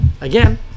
again